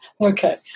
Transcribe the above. Okay